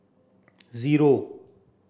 zero